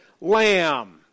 lamb